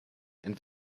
and